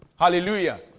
Hallelujah